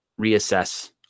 reassess